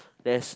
there's